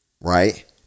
Right